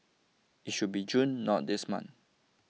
it should be June not this month